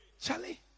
Charlie